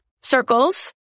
circles